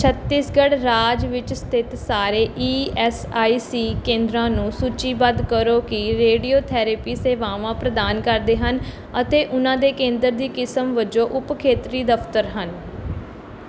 ਛੱਤੀਸਗੜ੍ਹ ਰਾਜ ਵਿੱਚ ਸਥਿਤ ਸਾਰੇ ਈ ਐੱਸ ਆਈ ਸੀ ਕੇਂਦਰਾਂ ਨੂੰ ਸੂਚੀਬੱਧ ਕਰੋ ਕਿ ਰੇਡੀਓਥੈਰੇਪੀ ਸੇਵਾਵਾਂ ਪ੍ਰਦਾਨ ਕਰਦੇ ਹਨ ਅਤੇ ਉਹਨਾਂ ਦੇ ਕੇਂਦਰ ਦੀ ਕਿਸਮ ਵਜੋਂ ਉਪ ਖੇਤਰੀ ਦਫ਼ਤਰ ਹਨ